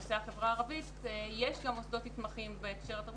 בנושא החברה הערבית יש גם מוסדות תרבותיים שנתמכים.